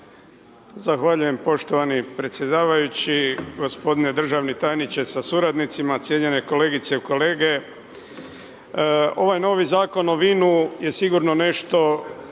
Zahvaljujem poštovani predsjedavajući, gospodine državni tajniče sa suradnicima, cijenjene kolegice i kolege. Ovaj novi zakon o vinu je sigurno nešto,